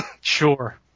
Sure